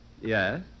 Yes